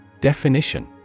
Definition